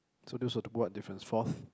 so that was the what difference fourth